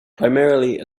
primarily